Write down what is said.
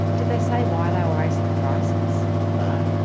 did they say why they were raising the prices? no.